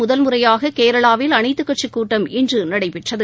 முதல் முறையாக கேரளாவில் அனைத்துக் கட்சிக் கூட்டம் இன்று நடைபெற்றது